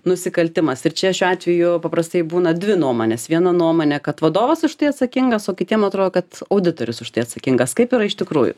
nusikaltimas ir čia šiuo atveju paprastai būna dvi nuomonės viena nuomonė kad vadovas už tai atsakingas o kitiem atrodo kad auditorius už tai atsakingas kaip yra iš tikrųjų